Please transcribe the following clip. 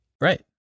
right